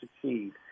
succeed